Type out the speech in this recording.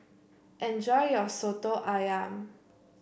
enjoy your Soto ayam